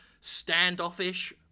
standoffish